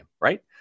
right